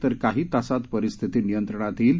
तर काही तासात परिस्थिती नियंत्रणात येईल